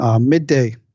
midday